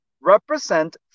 represent